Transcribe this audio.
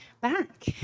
back